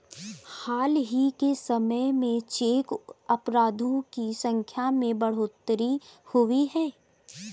हाल ही के समय में चेक अपराधों की संख्या में बढ़ोतरी हुई है